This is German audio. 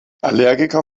allergiker